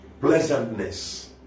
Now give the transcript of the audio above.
pleasantness